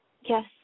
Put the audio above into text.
Yes